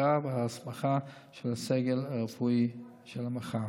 ההכשרה וההסמכה של הסגל הרפואי של המחר.